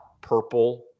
Purple